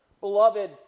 Beloved